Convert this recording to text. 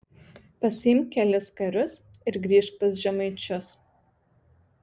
pasiimk kelis karius ir grįžk pas žemaičius